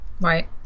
Right